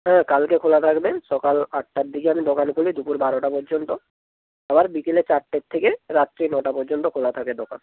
হ্যাঁ কালকে খোলা থাকবে সকাল আটটার দিকে আমি দোকান খুলি দুপুর বারোটা পর্যন্ত আবার বিকেলে চারটের থেকে রাত্রি নটা পর্যন্ত খোলা থাকে দোকান